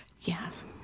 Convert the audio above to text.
Yes